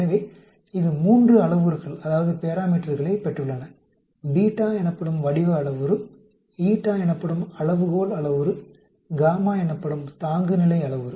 எனவே இது மூன்று அளவுருக்களைப் பெற்றுள்ளன β எனப்படும் வடிவ அளவுரு η எனப்படும் அளவுகோள் அளவுரு γ எனப்படும் தாங்குநிலை அளவுரு